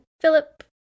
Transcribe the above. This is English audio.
philip